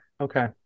okay